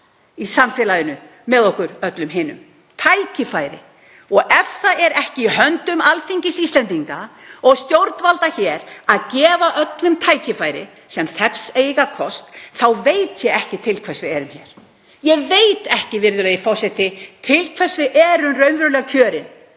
í samfélaginu með okkur hinum. Og ef það er ekki í höndum Alþingis Íslendinga og stjórnvalda hér að gefa öllum tækifæri sem þess eiga kost þá veit ég ekki til hvers við erum hér. Ég veit ekki, virðulegi forseti, til hvers við erum raunverulega kjörin